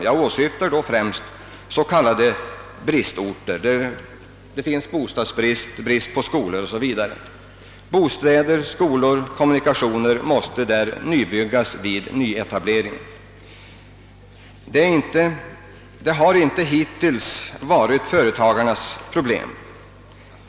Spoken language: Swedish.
Jag åsyftar då främst s.k. bristorter, alltså orter där bostäder, skolor och kommunikationer måste nybyggas vid en nyetablering. Det har hittills inte varit företagarnas problem.